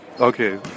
okay